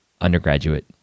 undergraduate